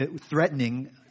threatening